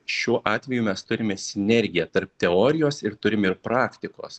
šiuo atveju mes turime sinergiją tarp teorijos ir turim ir praktikos